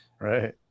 right